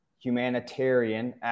humanitarian